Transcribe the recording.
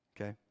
Okay